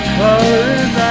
colors